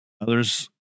others